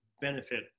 benefit